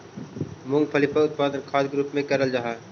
मूंगफली का उत्पादन तिलहन खाद के रूप में करेल जा हई